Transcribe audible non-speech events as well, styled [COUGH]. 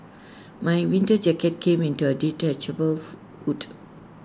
my winter jacket came with A detachable [UNINTELLIGIBLE] hood